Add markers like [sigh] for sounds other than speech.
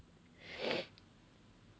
[noise]